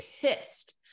pissed